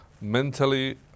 mentally